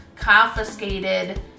confiscated